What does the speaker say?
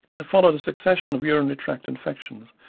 followed a succession of urinary tract infections,